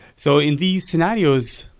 so in these scenarios,